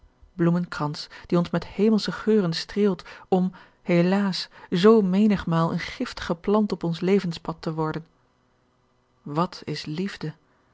bloemenkrans die ons met hemelsche geuren streelt om helaas zoo menigmaal eene giftige plant op ons levenspad te worden wat is liefde